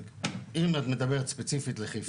אם את מדברת ספציפית לחיפה, אז כן.